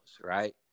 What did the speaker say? right